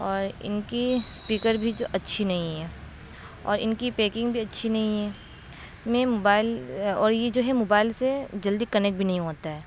اور ان کے اسپیکر بھی جو اچھی نہیں ہے اور ان کی پیکنگ بھی اچھی نہیں ہے میں موبائل اور یہ جو ہے موبائل سے جلدی کنیکٹ بھی نہیں ہوتا ہے